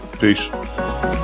Peace